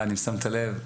רן, אם שמת לב,